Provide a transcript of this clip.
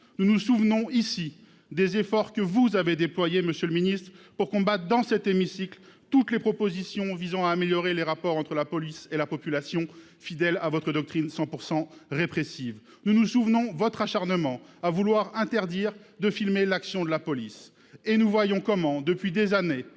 Nous nous rappelons les efforts que vous avez déployés, monsieur le ministre, pour combattre dans cet hémicycle toutes les propositions visant à améliorer les rapports entre la police et la population, vous montrant ainsi fidèle à votre doctrine 100 % répressive. Nous nous rappelons votre acharnement à vouloir interdire de filmer l'action de la police Et nous voyons comment, depuis des années,